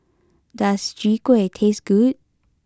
does Chwee Kueh taste good